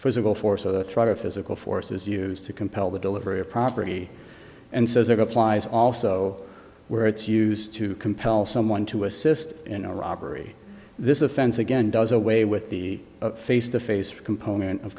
physical force of the threat of physical force is used to compel the delivery of property and says or applies also where it's used to compel someone to assist in a robbery this offense again does away with the face to face or component of